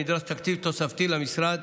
נדרש תקציב תוספתי למשרד.